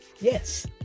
Yes